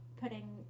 putting